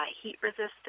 heat-resistant